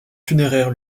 funéraire